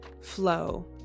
flow